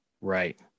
Right